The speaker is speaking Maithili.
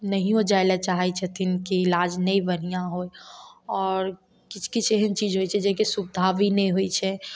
नहियो जाय लए चाहै छथिन की इलाज नहि बढ़िऑं होत आओर किछु किछु एहेशन चीज होइ छै कि सुवधा भी नहि होइ छै